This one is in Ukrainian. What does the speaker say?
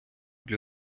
для